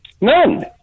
None